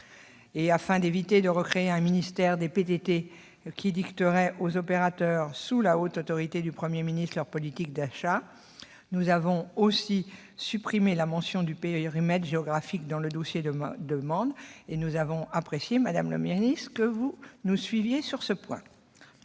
Afin d'éviter de recréer un ministère des PTT qui dicterait aux opérateurs, sous la haute autorité du Premier ministre, leur politique d'achat, nous avons également supprimé la mention du périmètre géographique dans le dossier de demande. Madame la secrétaire d'État, nous avons apprécié que vous nous suiviez sur ce point.